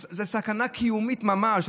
סכנה קיומית ממש.